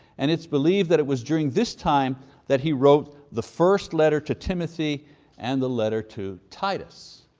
and it's believed that it was during this time that he wrote the first letter to timothy and the letter to titus.